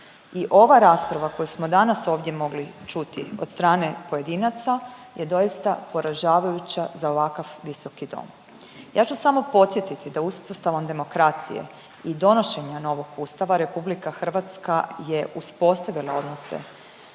i ova rasprava koju smo danas ovdje mogli čuti od strane pojedinaca je doista poražavajuća za ovakav visoki dom. Ja ću samo podsjetiti da uspostavom demokracije i donošenja novog Ustava RH je uspostavila odnose